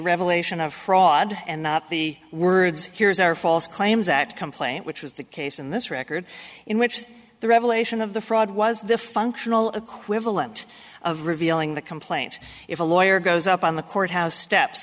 revelation of fraud and not the words here's are false claims act complaint which was the case in this record in which the revelation of the fraud was the functional equivalent of revealing the complaint if a lawyer goes up on the courthouse steps